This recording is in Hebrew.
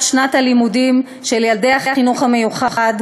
שנת הלימודים של ילדי החינוך המיוחד,